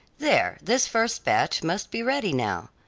there, this first batch must be ready now,